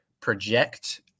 project